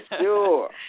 Sure